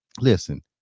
Listen